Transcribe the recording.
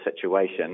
situation